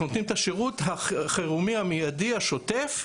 נותנים את השירות החירומי המיידי השוטף,